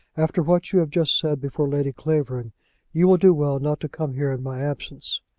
after what you have just said before lady clavering you will do well not to come here in my absence.